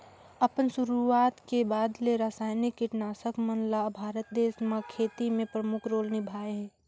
अपन शुरुआत के बाद ले रसायनिक कीटनाशक मन ल भारत देश म खेती में प्रमुख रोल निभाए हे